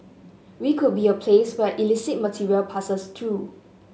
we could be a place where illicit material passes through